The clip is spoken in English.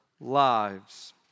lives